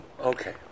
Okay